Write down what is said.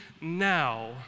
now